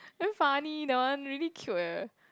very funny that one really cute eh